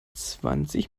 zwanzig